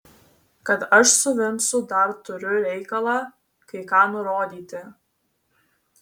kad aš su vincu dar turiu reikalą kai ką nurodyti